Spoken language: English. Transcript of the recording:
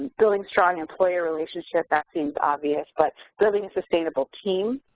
building strong employer relationships, that seems obvious, but building a sustainable team,